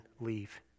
leave